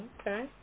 Okay